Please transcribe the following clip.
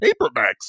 paperbacks